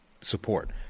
support